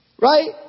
Right